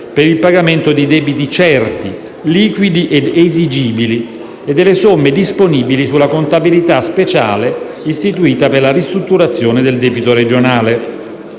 per il pagamento dei debiti certi, liquidi ed esigibili e delle somme disponibili sulla contabilità speciale istituita per la ristrutturazione del debito regionale.